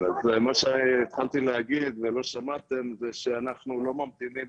מה שהתחלתי להגיד ולא שמעתם זה שאנחנו לא ממתינים